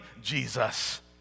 Jesus